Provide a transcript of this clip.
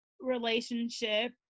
relationship